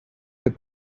fait